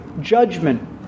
judgment